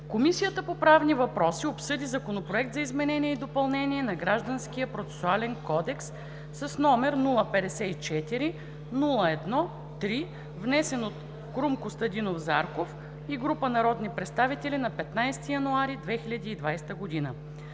Комисията по правни въпроси обсъди Законопроект за изменение и допълнение на Гражданския процесуален кодекс, № 054-01-3, внесен от Крум Костадинов Зарков и група народни представители на 15 януари 2020 г.